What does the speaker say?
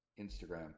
Instagram